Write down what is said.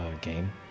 game